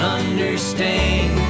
understand